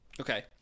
Okay